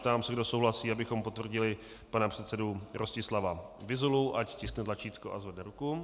Ptám se, kdo souhlasí, abychom potvrdili pana předsedu Rostislava Vyzulu, ať stiskne tlačítko a zvedne ruku.